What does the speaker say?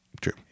True